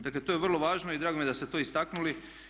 Dakle to je vrlo važno i drago mi je da ste to istaknuli.